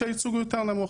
שהייצוג הוא יותר נמוך,